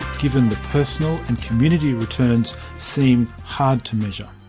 given the personal and community returns seem hard to measure?